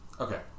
okay